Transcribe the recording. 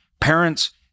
Parents